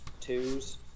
twos